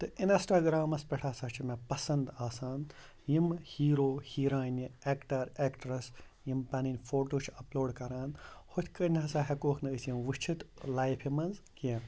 تہٕ اِنَسٹاگرٛامَس پٮ۪ٹھ ہسا چھِ مےٚ پَسَنٛد آسان یِم ہیٖرو ہیٖرانہِ اٮ۪کٹَر اٮ۪کٹرٛٮ۪س یِم پَنٕنۍ فوٹو چھِ اَپلوڈ کَران ہُتھ کٔنۍ نہ سا ہیٚکووکھ نہٕ أسۍ یِم وٕچھِتھ لایفہِ منٛز کیٚنٛہہ